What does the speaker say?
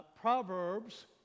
Proverbs